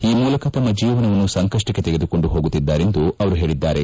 ಈ ಮೂಲಕ ತಮ್ಮ ಜೀವನವನ್ನು ಸಂಕಷ್ಟಕ್ಕೆ ತೆಗೆದುಕೊಂಡು ಹೋಗುತ್ತಿದ್ದಾರೆಂದು ಅವರು ಹೇಳಿದ್ದಾರೆ